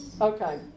Okay